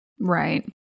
Right